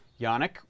Yannick